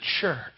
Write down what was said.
church